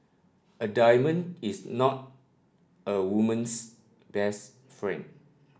a diamond is not a woman's best friend